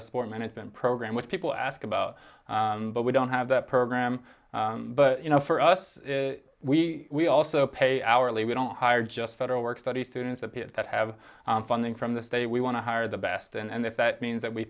a sport management program which people ask about but we don't have that program but you know for us we also pay hourly we don't hire just federal work study students that that have funding from the state we want to hire the best and if that means that we